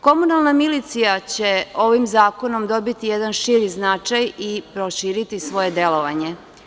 Komunalna milicija će ovim zakonom dobiti jedan širi značaj i proširiti svoje delovanje.